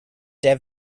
der